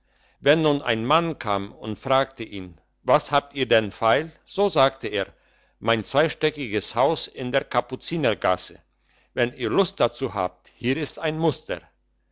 wenn nun ein mann kam und fragte ihn was habt ihr denn feil so sagte er mein zweistöckigtes haus in der kapuzinergasse wenn ihr lust dazu habt hier ist ein muster